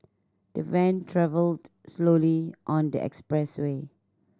the van travelled slowly on the expressway